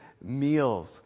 meals